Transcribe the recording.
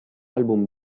album